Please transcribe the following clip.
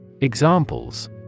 Examples